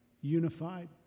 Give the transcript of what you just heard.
unified